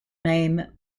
name